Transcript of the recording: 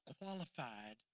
qualified